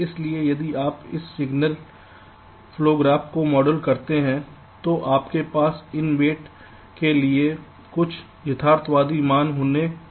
इसलिए यदि आप इस सिग्नल फ्लो ग्राफ को मॉडल करते हैं तो आपके पास इन वेट के लिए कुछ यथार्थवादी मान होने चाहिए